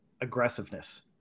aggressiveness